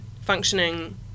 functioning